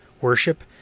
worship